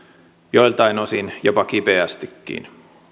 joiltain osin jopa kipeästikin